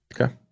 Okay